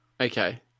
okay